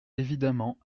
évidemment